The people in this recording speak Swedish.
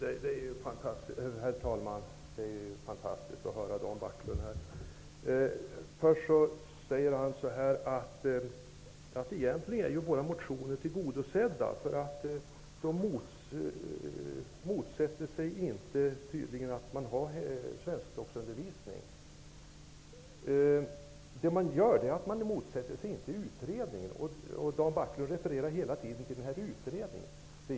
Herr talman! Det är fantastiskt att höra vad Rune Backlund här säger. Först sade han att våra motioner egentligen är tillgodosedda -- utskottet motsätter sig tydligen inte att man har svenskspråksundervisning. Man motsätter sig inte utredningen. Rune Backlund refererar hela tiden till denna utredning.